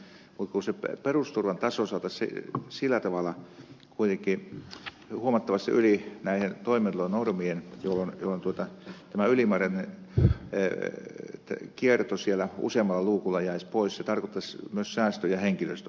mutta kun perusturvan taso saataisiin sillä tavalla kuitenkin huomattavasti yli näiden toimeentulonormien jolloin tämä ylimääräinen kierto useammalla luukulla jäisi pois se tarkoittaisi myös säästöjä henkilöstön osalta